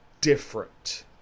different